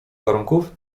warunków